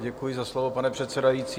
Děkuji za slovo, pane předsedající.